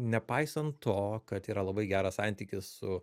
nepaisant to kad yra labai geras santykis su